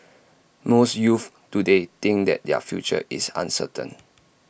most youths today think that their future is uncertain